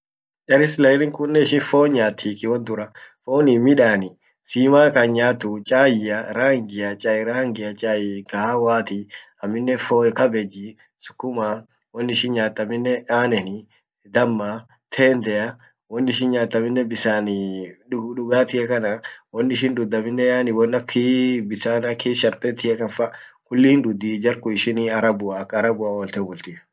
gar Israelin kunnen ishin foon nyaati fooni midaani, sima kan hinyaatu, chaia, rangia, chai kahawati, aminne foon kabejji, sukum, won ishin nyaat aminne aaneni, damma, tendea, won ishin nyaat aminee bisaan dugaatia kana won ishin dud aminnen won ak bisaan ak sharpetia kan fa kulli hinduddi jar kun ishin arbua ak arbua olte bulti